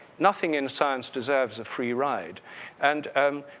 nothing in science deserves a free ride and